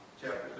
chapter